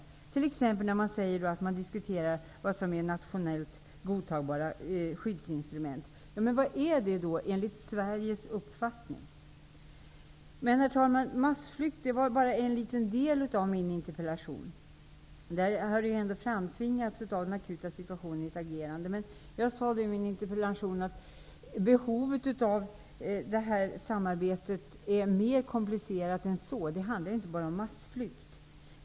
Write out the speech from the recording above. Det sägs t.ex. i svaret att det pågår diskussioner om vad som är nationellt godtagbara skyddsinstrument, men vilka skyddsinstrument är då nationellt godtagbara enligt Sveriges uppfattning? Herr talman! Massflykt var bara en liten del av det jag tog upp i min interpellation. På grund av den akuta situationen har ju ändå ett agerande framtvingats i det sammanhanget. Men jag sade ju i min interpellation att behovet av samarbete är mer komplicerat än så. Det handlar inte bara om massflykt.